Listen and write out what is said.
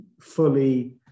fully